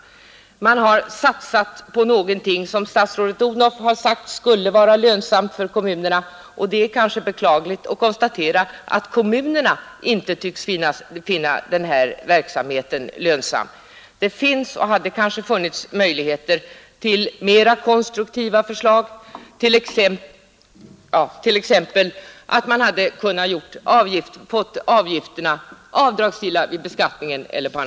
Kommunerna har satsat på någonting som statsrådet Odhnoff har sagt skulle vara lönsamt för dem, och det är beklagligt att konstatera att kommunerna inte tycks finna denna verksamhet lönsam. Det hade kanske funnits möjligheter till mer konstruktiva åtgärder; man hade t.ex. kunnat göra avgifterna avdragsgilla vid beskattningen.